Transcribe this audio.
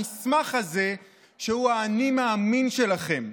המסמך הזה שהוא האני מאמין שלכם,